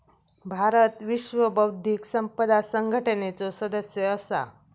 भारत विश्व बौध्दिक संपदा संघटनेचो सदस्य असा